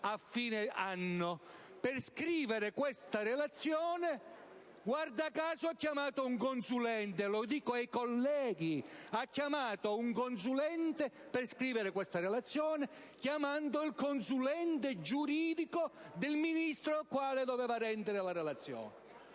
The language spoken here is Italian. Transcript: a fine anno. Per scrivere quella relazione, guarda caso, ha chiamato un consulente. Lo dico ai colleghi: per scrivere quella relazione ha chiamato il consulente giuridico del Ministro a cui doveva rendere la relazione.